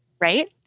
right